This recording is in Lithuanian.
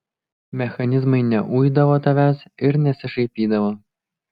mechanizmai neuidavo tavęs ir nesišaipydavo